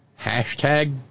Hashtag